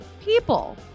people